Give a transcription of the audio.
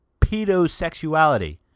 pedosexuality